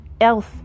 else